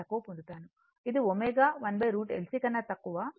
ఇది ω 1 √ L C కన్నా తక్కువ అది ω0 కన్నా తక్కువ